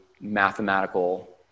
mathematical